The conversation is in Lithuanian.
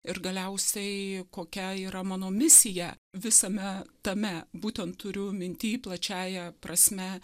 ir galiausiai kokia yra mano misija visame tame būtent turiu minty plačiąja prasme